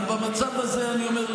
אבל במצב הזה אני אומר,